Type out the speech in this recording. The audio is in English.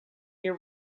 year